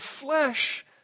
flesh